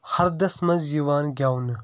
ہَردس منٛز یِوان گیونہٕ